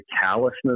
callousness